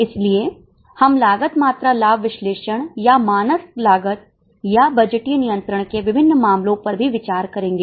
इसलिए हम लागत मात्रा लाभ विश्लेषण या मानक लागत या बजटीय नियंत्रण के विभिन्न मामलों पर भी विचार करेंगे